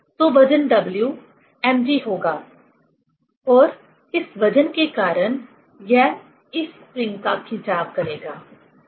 तो वजन w mg होगा और इस वजन के कारण यह इस स्प्रिंग का खींचाव करेगा सही